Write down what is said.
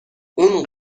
اون